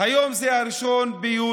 היום זה 1 ביולי.